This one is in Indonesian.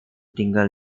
tinggal